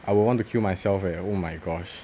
I will want to kill myself eh oh my gosh